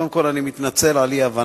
קודם כול אני מתנצל על האי-הבנה.